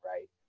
right